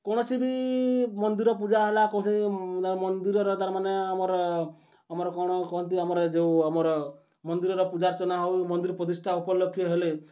କୌଣସି ବି ମନ୍ଦିର ପୂଜା ହେଲା କୌଣସି ମନ୍ଦିରର ତାରମାନେ ଆମର ଆମର କ'ଣ କହନ୍ତି ଆମର ଯେଉଁ ଆମର ମନ୍ଦିରର ପୂଜାର୍ଚ୍ଚନା ହଉ ମନ୍ଦିର ପ୍ରତିଷ୍ଠା ଉପଲକ୍ଷେ ହେଲେ